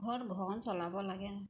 ঘৰ ঘৰখন চলাব লাগে